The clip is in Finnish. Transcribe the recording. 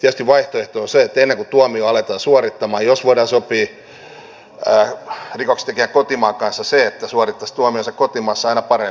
tietysti vaihtoehto on se että ennen kuin tuomiota aletaan suorittamaan jos voidaan sopia rikoksentekijän kotimaan kanssa että suorittaisi tuomionsa kotimaassa aina parempi